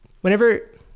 Whenever